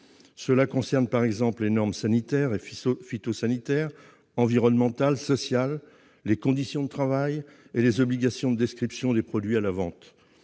Cela concerne, par exemple, les normes sanitaires et phytosanitaires, environnementales, sociales, les conditions de travail et les obligations de description des produits à la vente.